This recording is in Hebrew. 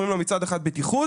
מצד אחד אומרים לו "בטיחות",